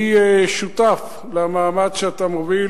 אני שותף למאמץ שאתה מוביל,